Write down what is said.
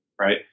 Right